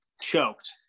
choked